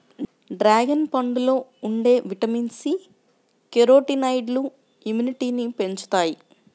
dragon పండులో ఉండే vitamin C, కెరోటినాయిడ్లు ఇమ్యునిటీని పెంచుతాయి